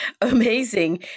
amazing